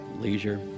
leisure